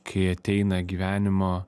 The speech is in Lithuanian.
kai ateina gyvenimo